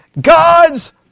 God's